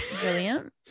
Brilliant